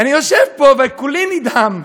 אני יושב פה וכולי נדהם: